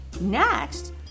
Next